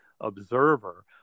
observer